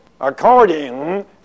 according